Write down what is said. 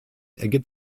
ergibt